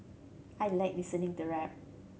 I like listening to rap